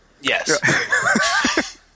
Yes